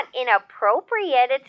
inappropriate